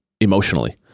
emotionally